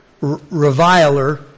reviler